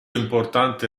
importante